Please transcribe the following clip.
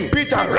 Peter